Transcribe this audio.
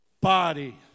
body